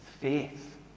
faith